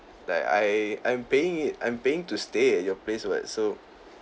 like I I'm paying it I'm paying to stay at your place what so